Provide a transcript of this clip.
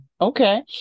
Okay